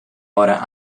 hora